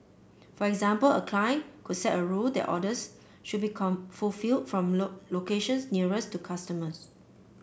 for example a client could set a rule that orders should be come fulfilled from look locations nearest to customers